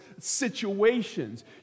situations